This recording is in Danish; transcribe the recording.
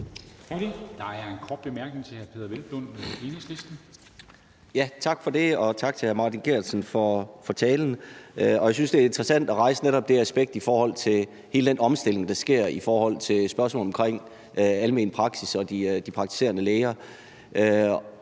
Tak for det, og tak til hr. Martin Geertsen for talen. Jeg synes, det er interessant at rejse netop det aspekt i forhold til hele den omstilling, der sker med hensyn til spørgsmål om almen praksis og de praktiserende læger.